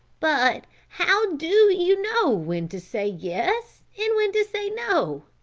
but how do you know when to say yes and when to say no?